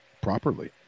properly